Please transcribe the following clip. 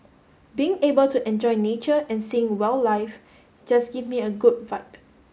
being able to enjoy nature and seeing wildlife just give me a good vibe